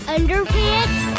Underpants